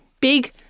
Big